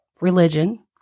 religion